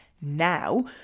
now